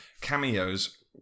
cameos